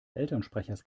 elternsprechers